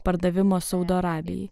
pardavimo saudo arabijai